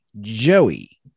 Joey